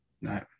No